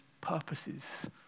purposes